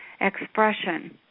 expression